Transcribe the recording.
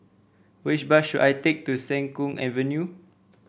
which bus should I take to Siang Kuang Avenue